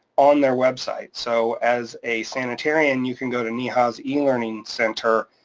on their website. so as a sanitarian, you can go to neha's e learning center,